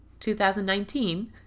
2019